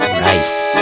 rice